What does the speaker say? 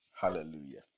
Hallelujah